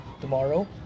tomorrow